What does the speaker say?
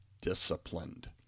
disciplined